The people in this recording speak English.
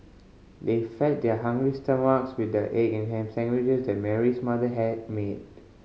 they fed their hungry stomachs with the egg and ham sandwiches that Mary's mother had made